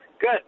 Good